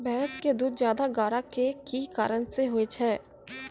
भैंस के दूध ज्यादा गाढ़ा के कि कारण से होय छै?